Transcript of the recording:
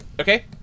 okay